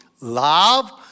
love